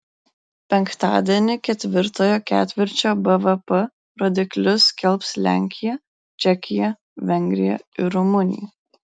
penktadienį ketvirtojo ketvirčio bvp rodiklius skelbs lenkija čekija vengrija ir rumunija